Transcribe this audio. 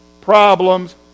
problems